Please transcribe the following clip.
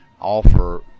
offer